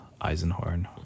eisenhorn